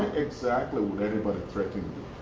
exactly would anybody threaten